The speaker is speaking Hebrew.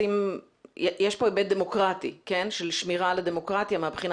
היבט דמוקרטי של שמירה על הדמוקרטיה מהבחינה